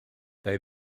they